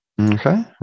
Okay